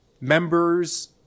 members